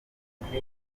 kagame